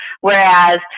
Whereas